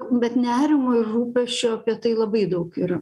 bet nerimo ir rūpesčio apie tai labai daug yra